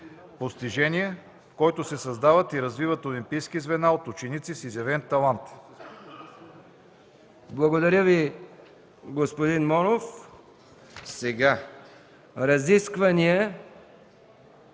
постижения, в които се създават и развиват олимпийски звена от ученици с изявен спортен